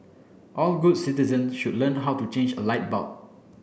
all good citizen should learn how to change a light bulb